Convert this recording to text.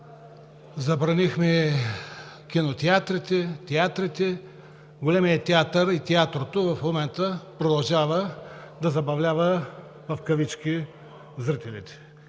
Забранихме кинотеатрите, театрите – големият театър и театрото в момента продължава да забавлява в кавички зрителите,